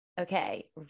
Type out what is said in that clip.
Okay